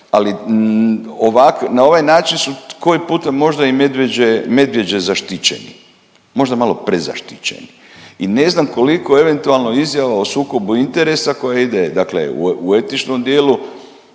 na ovaj način su koji puta možda i medvjeđe zaštićeni, možda malo prezaštićeni i ne znam koliko eventualno izjava o sukobu interesa koja ide, dakle, u etičnom dijelu,